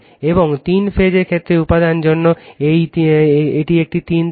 এবং তিন ফেজ ক্ষেত্রে উপাদান জন্য এটি একটি তিন তারের